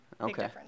Okay